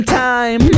time